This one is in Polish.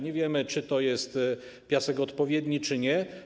Nie wiemy, czy to jest piasek odpowiedni czy nie.